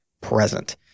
present